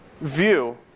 view